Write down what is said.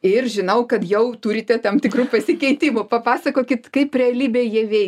ir žinau kad jau turite tam tikrų pasikeitimų papasakokit kaip realybėj jie veikia